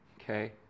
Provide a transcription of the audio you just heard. okay